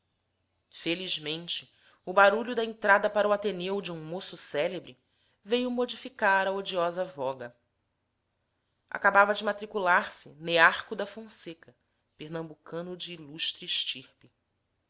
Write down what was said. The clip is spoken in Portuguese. felizmente o barulho da entrada para o ateneu de um moço célebre veio modificar a odiosa voga acabava de matricular-se nearco da fonseca pernambucano de ilustre estirpe